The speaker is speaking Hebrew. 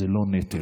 זה לא נטל.